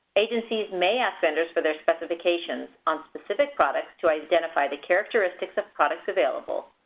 agencies may ask vendors for their specifications on specific products to identify the characteristics of products available,